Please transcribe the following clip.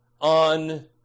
on